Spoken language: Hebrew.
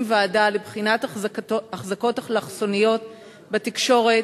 ועדה לבחינת החזקות אלכסוניות בתקשורת,